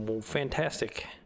fantastic